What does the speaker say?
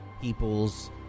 People's